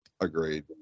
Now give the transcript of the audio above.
agreed